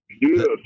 Yes